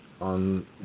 on